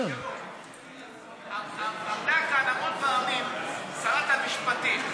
עמדה כאן המון פעמים שרת המשפטים,